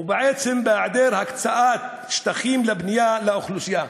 ובעצם בהיעדר הקצאת שטחים לבנייה לאוכלוסייה.